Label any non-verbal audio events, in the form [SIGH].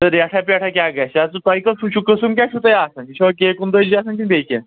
تہٕ ریٹھاہ پیٹھاہ کیٛاہ گژھِ [UNINTELLIGIBLE] قٕسٕم کیٛاہ چھُو تۄہہِ آسان یہِ چھُوا کے کُنتأجی آسان کِنہٕ بیٚیہِ کیٚنٛہہ